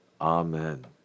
Amen